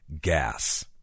gas